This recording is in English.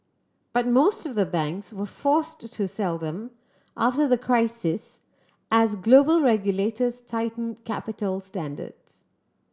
but most of the banks were forced to sell them after the crisis as global regulators tightened capital standards